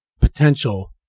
potential